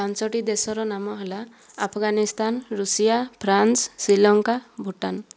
ପାଞ୍ଚଟି ଦେଶର ନାମ ହେଲା ଆଫଗାନିସ୍ତାନ ରୁଷିଆ ଫ୍ରାନ୍ସ ଶ୍ରୀଲଙ୍କା ଭୁଟାନ